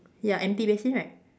ya empty basin right